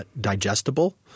digestible